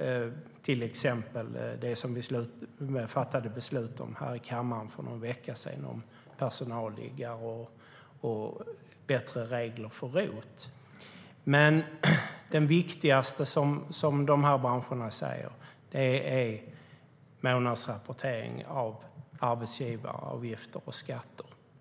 slut, till exempel personalliggare och bättre regler för ROT som vi fattade beslut om i kammaren för en vecka sedan. Det viktigaste, säger dock de här branscherna, är månadsrapportering av arbetsgivaravgifter och skatter.